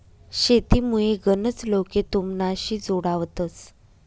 शेतीमुये गनच लोके तुमनाशी जोडावतंस